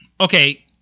Okay